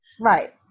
Right